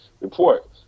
report